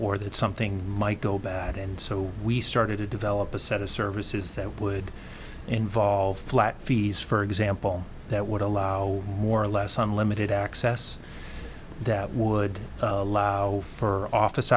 or that something might go bad and so we started to develop a set of services that would involve flat fees for example that would allow more or less unlimited access that would allow for office